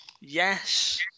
Yes